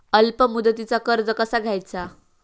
अल्प मुदतीचा कर्ज कसा घ्यायचा?